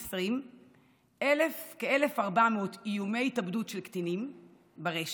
2020 כ-1,400 איומי התאבדות של קטינים ברשת.